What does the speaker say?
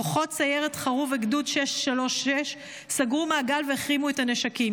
כוחות סיירת חרוב וגדוד 636 סגרו מעגל והחרימו את הנשקים,